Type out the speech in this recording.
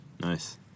Nice